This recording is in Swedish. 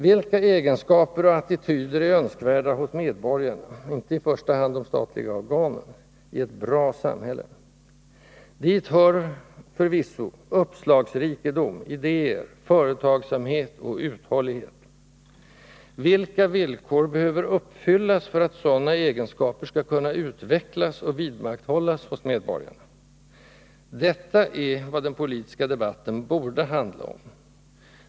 Vilka egenskaper och attityder är önskvärda hos medborgarna — inte i första hand de statliga organen — i ett bra samhälle? Dit hör förvisso uppslagsrikedom, idéer, företagsamhet och uthållighet. Vilka villkor behöver uppfyllas för att sådana egenskaper skall kunna utvecklas och vidmakthållas hos medborgarna? Detta är vad den politiska debatten borde handla om.